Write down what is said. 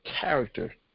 character